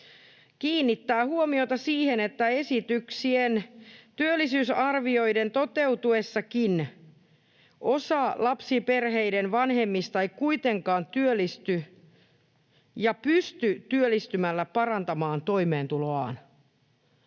kiinnittää huomiota siihen, että esityksien työllisyysarvioiden toteutuessakin osa lapsiperheiden vanhemmista ei kuitenkaan työllisty ja pysty työllistymällä parantamaan toimeentuloaan.